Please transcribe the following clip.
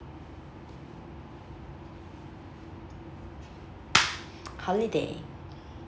holiday